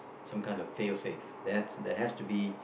some kind of field save there's there has to be